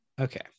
Okay